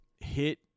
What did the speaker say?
hit